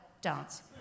dance